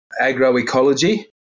agroecology